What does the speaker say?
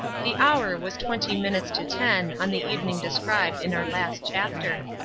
the hour was twenty minutes to ten on the evening described in our last chapter.